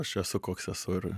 aš esu koks esu ir